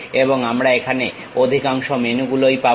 এবং আমরা এখানে অধিকাংশ মেনুগুলোই পাবো